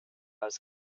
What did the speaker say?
was